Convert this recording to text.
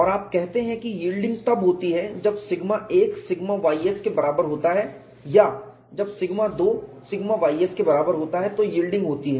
और आप कहते हैं कि यील्डिंग तब होती है जब सिग्मा 1 सिग्मा ys के बराबर होता है या जब सिग्मा 2 सिग्मा ys के बराबर होता है तो यील्डिंग होती है